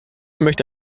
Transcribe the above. möchte